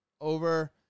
over